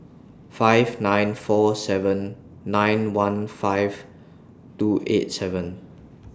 five nine four seven nine one five two eight seven